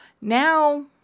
Now